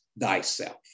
thyself